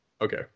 okay